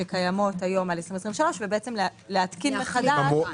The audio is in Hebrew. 23' שכללה גם את תקופת הקורונה.